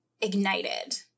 ignited